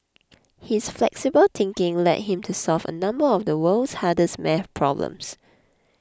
his flexible thinking led him to solve a number of the world's hardest math problems